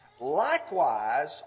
Likewise